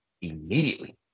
immediately